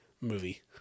movie